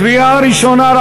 קריאה ראשונה.